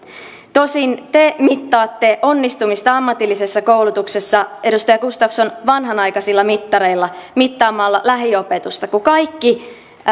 tosin te mittaatte onnistumista ammatillisessa koulutuksessa edustaja gustafsson vanhanaikaisilla mittareilla mittaamalla lähiopetusta kun kaikki